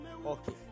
Okay